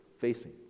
facing